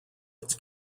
its